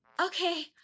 okay